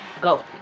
go